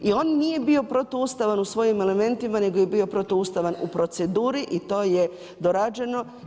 I on nije bio protuustavan u svojim elementima nego je bio protuustavan u proceduri i to je dorađeno.